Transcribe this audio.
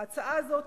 ההצעה הזאת